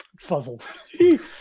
fuzzled